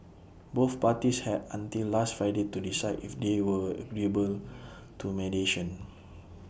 both parties had until last Friday to decide if they were agreeable to mediation